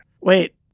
Wait